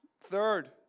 Third